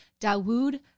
Dawood